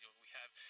we have.